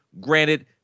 Granted